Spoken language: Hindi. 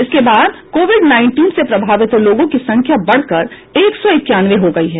इसके बाद कोविड नाईनटीन से प्रभावित लोगों की संख्या बढ़कर एक सौ इक्यानवे हो गयी है